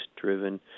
driven